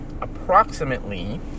approximately